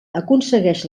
aconsegueix